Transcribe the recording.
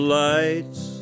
lights